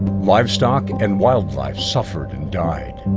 livestock and wildlife suffered and died.